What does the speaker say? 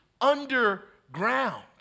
underground